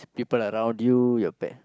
people around you your pa~